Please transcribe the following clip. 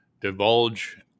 divulge